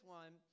one